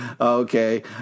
Okay